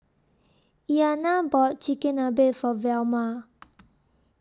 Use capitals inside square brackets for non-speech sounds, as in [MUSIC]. Iliana bought Chigenabe For Velma [NOISE]